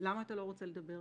למה אתה לא רוצה לדבר?